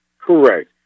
Correct